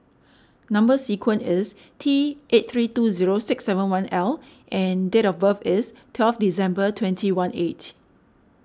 Number Sequence is T eight three two zero six seven one L and date of birth is twelve December twentyeighteen